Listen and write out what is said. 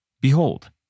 Behold